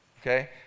Okay